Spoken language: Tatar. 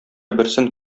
берсен